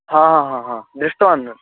हा हा हा दृष्टवान्